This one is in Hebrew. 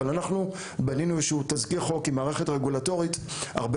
אבל אנחנו בנינו איזשהו תזכיר חוק עם מערכת רגולטורית הרבה